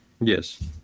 Yes